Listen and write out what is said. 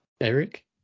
Eric